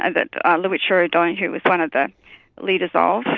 ah that ah lowitja o'donoghue was one of the leaders ah of.